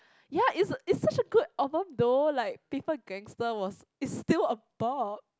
ya it's it's such a good album though like Paper Gangster was is still a bop